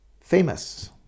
famous